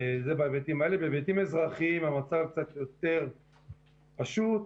בהיבטים האזרחיים המצב קצת יותר פשוט.